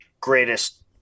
greatest